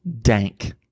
dank